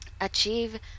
achieve